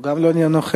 גם הוא לא נוכח.